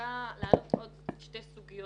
רוצה להעלות שתי סוגיות.